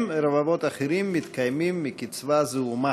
הם ורבבות אחרים מתקיימים מקצבה זעומה,